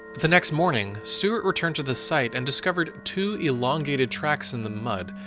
the next morning, stewert returned to the site and discovered two elongated tracks in the mud,